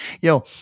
yo